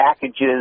packages